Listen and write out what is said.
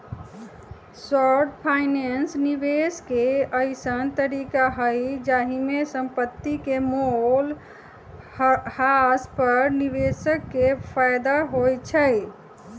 short finance निवेश के अइसँन तरीका हइ जाहिमे संपत्ति के मोल ह्रास पर निवेशक के फयदा होइ छइ